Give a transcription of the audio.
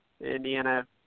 Indiana